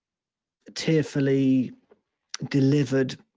tearfully delivered